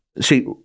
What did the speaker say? See